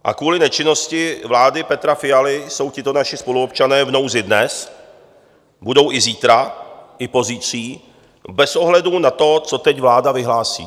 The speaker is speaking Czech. A kvůli nečinnosti vlády Petra Fialy jsou tito naši spoluobčané v nouzi dnes, budou i zítra, i pozítří, bez ohledu na to, co teď vláda vyhlásí.